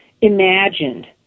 imagined